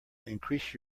increase